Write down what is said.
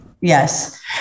Yes